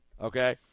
Okay